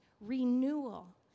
renewal